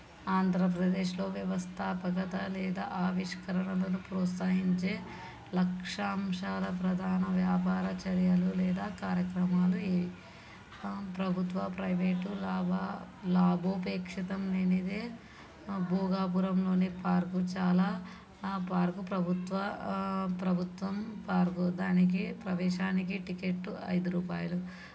ఆంధ్రప్రదేశ్లో వ్యవస్థాపకత లేదా ఆవిష్కరణలను ప్రోత్సహించే లక్ష్యాంశాల ప్రధాన వ్యాపార చర్యలు లేదా కార్యక్రమాలు ఏవి ప్రభుత్వ ప్రైవేటు లాభ లాభోపేక్షితం లేనిదే భోగాపురంలోని పార్క్ చాలా ఆ పార్క్ ప్రభుత్వ ప్రభుత్వం పార్కు దానికి ప్రవేశానికి టికెట్టు ఐదు రూపాయలు